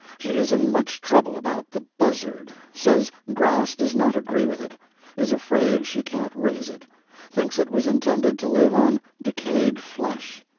she is in much trouble about the buzzard says grass does not agree with it is afraid she can't raise it thinks it was intended to live on decayed flesh.